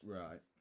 right